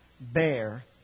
bear